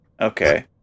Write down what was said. Okay